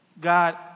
God